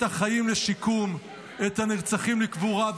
את החיים לשיקום, את הנרצחים לקבורה.